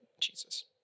Jesus